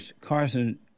Carson